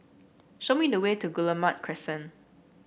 show me the way to Guillemard Crescent